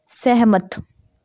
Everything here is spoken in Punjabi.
ਸਹਿਮਤ